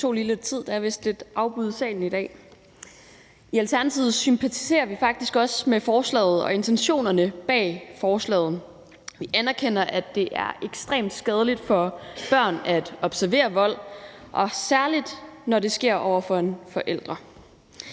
Nikoline Erbs Hillers-Bendtsen (ALT): I Alternativet sympatiserer vi faktisk også med forslaget og intentionerne bag forslaget. Vi anerkender, at det er ekstremt skadeligt for børn at observere vold, særlig når det sker mellem forældre.